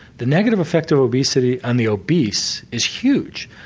the negative effect of obesity on the obese is huge.